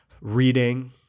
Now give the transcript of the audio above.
reading